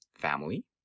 family